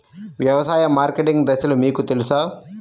వ్యవసాయ మార్కెటింగ్ దశలు మీకు తెలుసా?